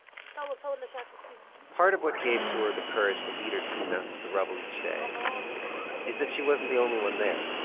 so so part of what gave sroor the courage to lead her team out into the rubble each day is that she wasn't the only one there.